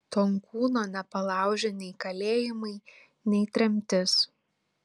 tonkūno nepalaužė nei kalėjimai nei tremtis